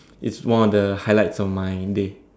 it's one of the highlights of my day